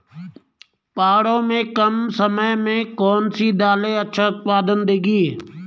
पहाड़ों में कम समय में कौन सी दालें अच्छा उत्पादन देंगी?